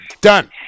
Done